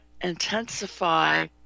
intensify